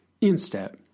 In-Step